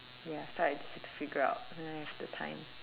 ya so I have to figure out when I have the time